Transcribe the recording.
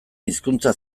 hizkuntza